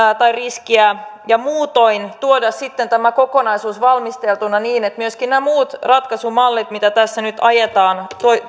tai riskiä ja muutoin tuoda sitten tämän kokonaisuuden valmisteltuna niin että myöskin nämä muut ratkaisumallit joita tässä nyt ajetaan